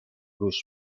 روش